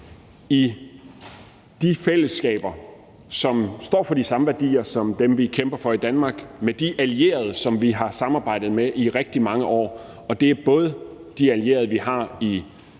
i de fællesskaber, som står for de samme værdier som dem, vi kæmper for i Danmark, med de allierede, som vi har samarbejdet med i rigtig mange år – og det er både de allierede, vi har i det